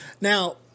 Now